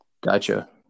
Gotcha